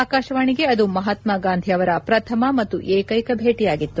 ಆಕಾಶವಾಣಿಗೆ ಅದು ಮಹಾತ್ಮ ಗಾಂಧಿ ಅವರ ಪ್ರಥಮ ಮತ್ತು ಏಕ್ಷೆಕ ಭೇಟಿಯಾಗಿತ್ತು